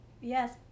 yes